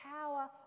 power